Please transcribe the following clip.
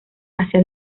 hacia